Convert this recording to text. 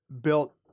built